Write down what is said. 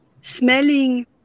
Smelling